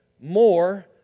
more